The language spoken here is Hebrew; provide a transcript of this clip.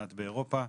מעט באירופה.